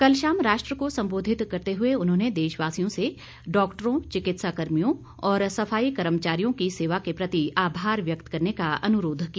कल शाम राष्ट्र को संबोधित करते हुए उन्होंने देशवासियों से डॉक्टरों चिकित्सा कर्मियों और सफाई कर्मचारियों की सेवा के प्रति आभार व्यक्त करने का अनुरोध किया